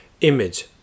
image